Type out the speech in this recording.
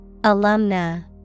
Alumna